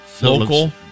local